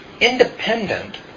independent